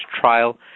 trial